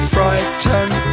Frightened